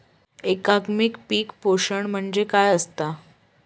एकात्मिक पीक पोषण म्हणजे काय असतां?